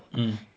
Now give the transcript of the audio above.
hmm